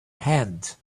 hand